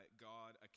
God